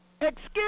excuse